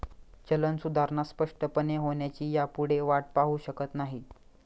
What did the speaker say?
चलन सुधारणा स्पष्टपणे होण्याची ह्यापुढे वाट पाहु शकत नाही